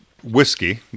whiskey